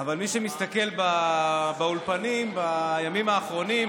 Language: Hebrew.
אבל מי שמסתכל באולפנים בימים האחרונים,